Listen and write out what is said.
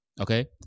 Okay